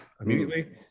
immediately